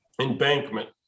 embankment